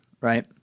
right